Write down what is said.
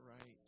right